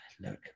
look